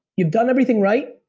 you've done everything right.